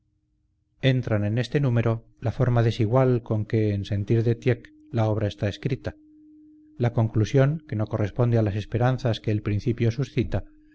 entran en este número la forma desigual con que en sentir de tieck la obra está escrita la conclusión que no corresponde a las esperanzas que el principio suscita